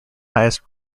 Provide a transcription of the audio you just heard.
highest